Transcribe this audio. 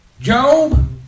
Job